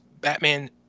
Batman